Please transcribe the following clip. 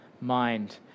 mind